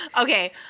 Okay